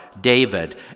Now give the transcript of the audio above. David